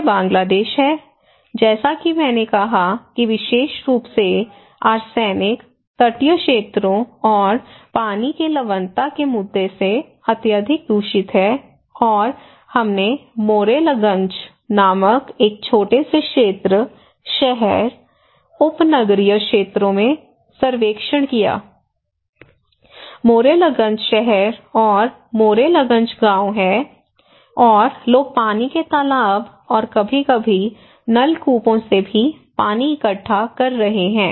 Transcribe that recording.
यह बांग्लादेश है जैसा कि मैंने कहा कि विशेष रूप से आर्सेनिक तटीय क्षेत्रों और पानी के लवणता के मुद्दे से अत्यधिक दूषित है और हमने मोरेलगंज नामक एक छोटे से क्षेत्र शहर उपनगरीय क्षेत्रों में सर्वेक्षण किया मोरेलगंज शहर और मोरेलगंज गाँव है और लोग पानी के तालाब और कभी कभी नलकूपों से भी पानी इकट्ठा कर रहे हैं